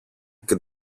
και